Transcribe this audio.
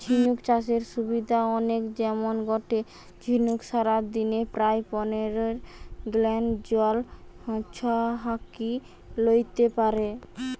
ঝিনুক চাষের সুবিধা অনেক যেমন গটে ঝিনুক সারাদিনে প্রায় পনের গ্যালন জল ছহাকি লেইতে পারে